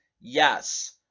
yes